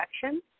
direction